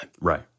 Right